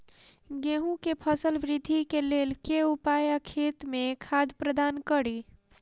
गेंहूँ केँ फसल वृद्धि केँ लेल केँ उपाय आ खेत मे खाद प्रदान कड़ी?